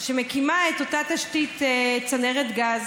שמקימה את אותה תשתית צנרת גז.